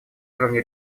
уровне